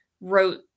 wrote